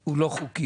שהוא לא חוקי,